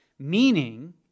Meaning